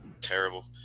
terrible